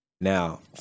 Now